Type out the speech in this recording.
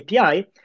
API